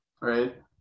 right